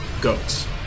goats